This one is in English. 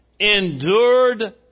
endured